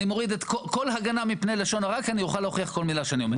אני מוריד כל הגנה מפני לשון הרע כי אני אוכל להוכיח כל מילה שאני אומר.